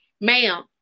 ma'am